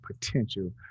potential